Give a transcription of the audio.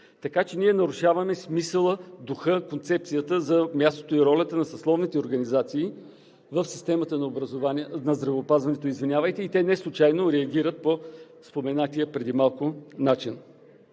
Така че ние нарушаваме смисъла, духа, концепцията за мястото и ролята на съсловните организации в системата на здравеопазването и те неслучайно реагират по споменатия преди малко начин.